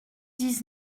dix